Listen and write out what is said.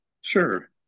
Sure